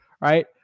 right